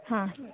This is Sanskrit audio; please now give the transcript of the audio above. हा